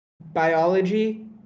biology